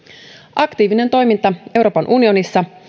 aktiivinen toiminta euroopan unionissa